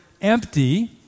empty